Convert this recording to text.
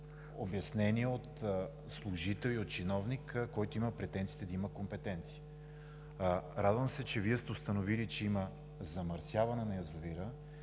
обяснение от служители и от чиновник, който има претенциите да има компетенции. Радвам се, че сте установили, че има замърсяване на язовира,